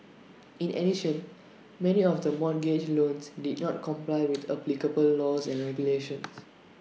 in addition many of the mortgage loans did not comply with applicable laws and regulations